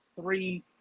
three